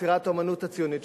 יצירת האמנות הציונית,